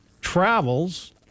travels